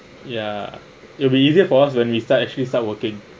ya it'll be easier for us when we start actually start working